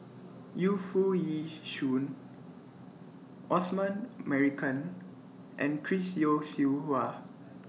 Yu Foo Yee Shoon Osman Merican and Chris Yeo Siew Hua